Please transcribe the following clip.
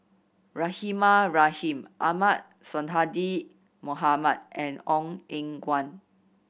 Rahimah Rahim Ahmad Sonhadji Mohamad and Ong Eng Guan